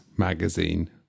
magazine